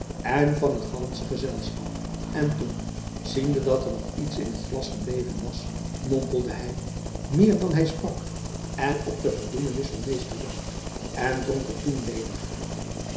en van het gandsche gezelschap en toen ziende dat er nog iets in het glas gebleven was mompelde hy jacob van lennep elizabeth musch meer dan hy sprak en op de verdoemenis van mr jan en dronk het toen ledig